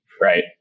Right